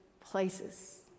places